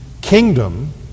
kingdom